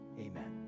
Amen